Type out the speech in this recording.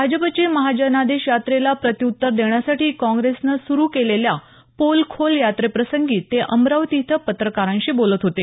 भाजपच्या महाजनादेश यात्रेला प्रती उत्तर देण्यासाठी काँग्रेसनं सुरू केलेल्या पोल खोल यात्रेप्रसंगी ते अमरावती इथं पत्रकारांशी बोलत होते